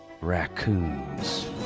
raccoons